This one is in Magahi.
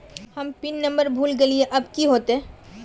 हम पिन नंबर भूल गलिऐ अब की होते?